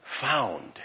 found